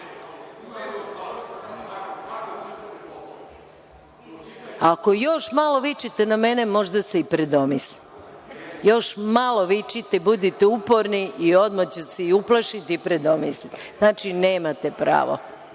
još malo vičete na mene, možda se i predomislim. Još malo vičite, budite uporni i odmah ću se uplašiti i predomisliti. Znači, nemate pravo.